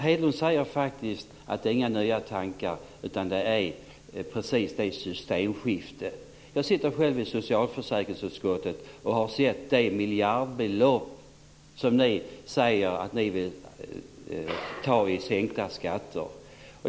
Hedlund säger att det inte är fråga om några nya tankar, utan det är precis ett systemskifte. Jag sitter själv i socialförsäkringsutskottet och har sett de miljardbelopp som ni moderater säger att ni vill ha i sänkta skatter.